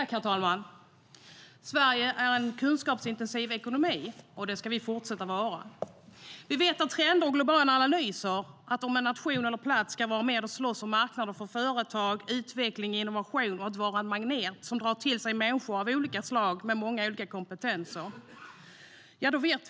Herr talman! Sverige är en kunskapsintensiv ekonomi, och det ska vi fortsätta vara. Vi vet genom trender och globala analyser att det behövs tre till fyra miljoner människor om en nation eller plats ska kunna vara med och slåss om marknader för företag, utveckling och innovation samt vara en magnet som drar till sig människor av olika slag och med många olika kompetenser.